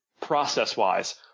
process-wise